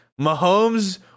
Mahomes